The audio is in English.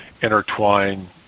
intertwine